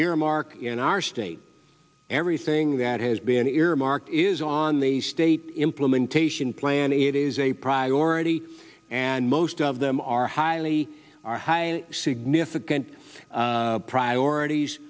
earmark in our state everything that has been earmarked is on the state implementation plan it is a priority and most of them are highly significant priorities